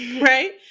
right